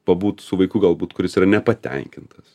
pabūt su vaiku galbūt kuris yra nepatenkintas